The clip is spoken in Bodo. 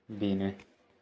बेनो